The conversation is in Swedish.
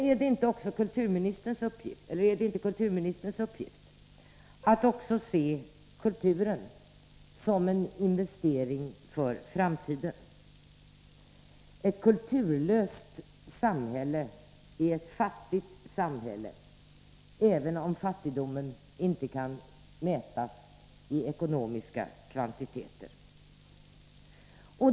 Är det inte också kulturministerns uppgift att även se kulturen som en investering för framtiden? Ett kulturlöst samhälle är ett fattigt samhälle, även om fattigdomen inte kan mätas i ekonomiska kvantiteter.